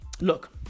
look